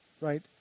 right